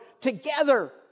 together